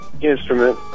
instrument